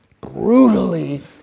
brutally